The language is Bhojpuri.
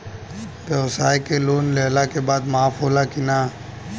ब्यवसाय के लोन लेहला के बाद माफ़ होला की ना?